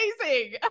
amazing